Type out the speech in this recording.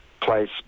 place